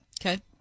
Okay